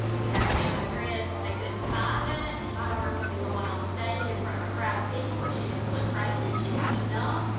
we have a camo dress. they couldn't find it. my daughter's gonna be going onstage in front of a crowd of people. is she gonna look crazy? is she gonna look dumb?